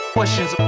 Questions